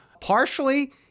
partially